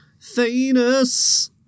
Thanos